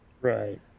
Right